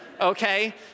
Okay